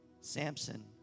Samson